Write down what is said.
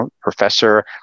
professor